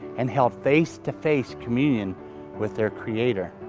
and held face to face communion with their creator.